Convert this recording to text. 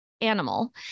animal